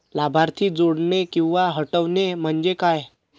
लाभार्थी जोडणे किंवा हटवणे, म्हणजे काय?